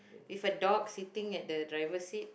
with a dog sitting at the driver seat